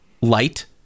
light